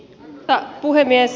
arvoisa puhemies